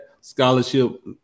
scholarship